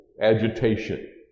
agitation